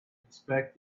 inspect